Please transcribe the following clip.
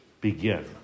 begin